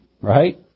right